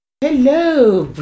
Hello